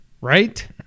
right